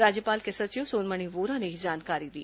राज्यपाल के सचिव सोनमणि बोरा ने यह जानकारी दी